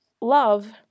love